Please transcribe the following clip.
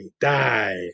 die